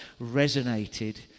resonated